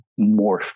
morph